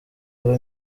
abe